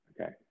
Okay